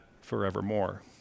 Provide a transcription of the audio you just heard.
forevermore